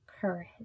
courage